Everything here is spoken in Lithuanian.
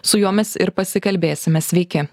su juo mes ir pasikalbėsime sveiki